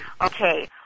Okay